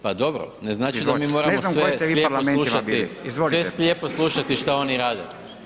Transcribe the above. Pa dobro, ne znači da mi moramo [[Upadica: Ne znam u kojim ste vi parlamentima bili.]] sve slijepo slušati što oni rade.